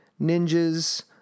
ninjas